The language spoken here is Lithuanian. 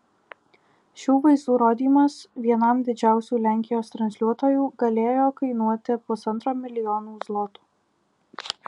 šių vaizdų rodymas vienam didžiausių lenkijos transliuotojų galėjo kainuoti pusantro milijonų zlotų